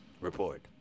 report